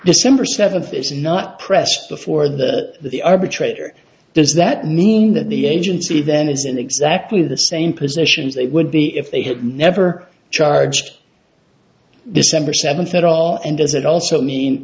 december seventh is not pressed before that the arbitrator does that mean that the agency then is in exactly the same positions they would be if they had never charged december seventh at all and does it also mean